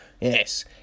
yes